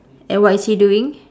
and what is he doing